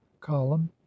column